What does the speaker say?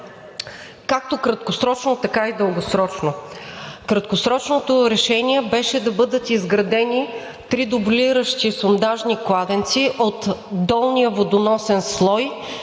както краткосрочно, така и дългосрочно решение на проблема. Краткосрочното решение беше да бъдат изградени три дублиращи сондажни кладенци от долния водоносен слой,